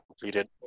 completed